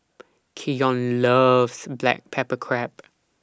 Keyon loves Black Pepper Crab